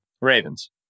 Ravens